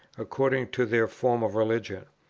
according to their form of religion.